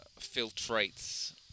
filtrates